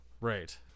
Right